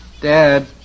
Dad